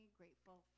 grateful